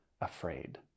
afraid